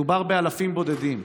מדובר באלפים בודדים.